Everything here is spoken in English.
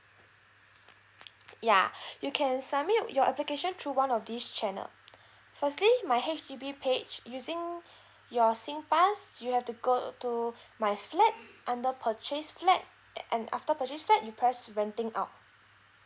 yeah you can submit your application through one of these channel firstly my H_D_B page using your singpass you have to go to my flat under purchase flat and after purchase flat you press renting out